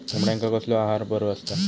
कोंबड्यांका कसलो आहार बरो असता?